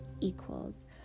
equals